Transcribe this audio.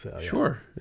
Sure